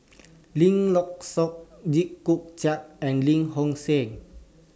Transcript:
Lim Lock Suan Jit Koon Ch'ng and Lim Home Siew